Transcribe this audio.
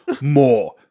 more